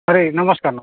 अरे नमस्कार नमस्कार